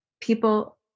people